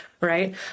right